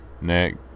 neck